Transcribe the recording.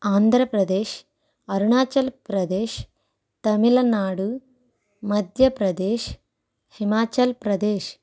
Andhra Pradesh Arunachal Pradesh Tamil Nadu Madhya Pradesh Himachal Pradesh